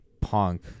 punk